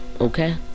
okay